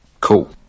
Cool